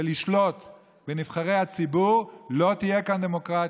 ולשלוט בנבחרי הציבור, לא תהיה פה דמוקרטיה.